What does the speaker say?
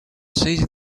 seizing